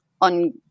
on